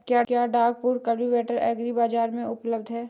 क्या duck foot cultivator agri बाज़ार में उपलब्ध है?